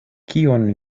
kion